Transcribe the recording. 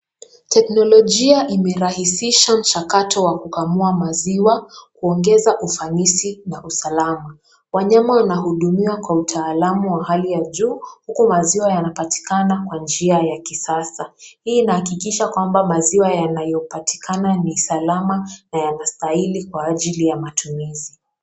Teknolojia imerahisisha mchakato wa kukamua maziwa kuongeza ufanisi na usalama. Wanyama wanahudumiwa kwa utaalamu wa hali ya juu huku maziwa yanapatikana kwa njia ya kisasa. Hii inahakikisha kwamba maziwa yanayopatikana ni salama na yanastahili kwa ajili ya matumizi.